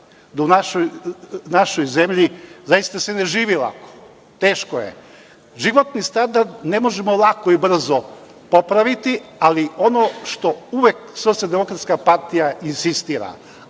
da u našoj zemlji zaista se ne živi lako. Teško je. Životni standard ne možemo lako i brzo popraviti, ali ono što uvek Socijaldemokratska partija insistira,